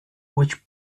which